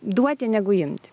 duoti negu imti